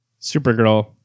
Supergirl